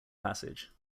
passage